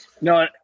no